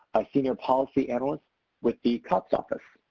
a senior policy analyst with the cops office.